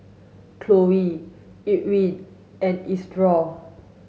Khloe Irwin and Isidore